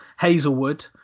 Hazelwood